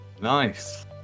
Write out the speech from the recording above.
Nice